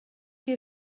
qui